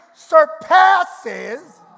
surpasses